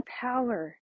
power